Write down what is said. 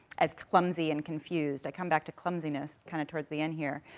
as clumsy and confused. i come back to clumsiness, kind of towards the end here.